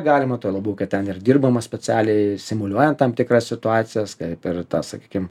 galima tuo labiau kad ten ir dirbama specialiai simuliuojant tam tikras situacijas kaip per tą sakykim